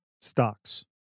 stocks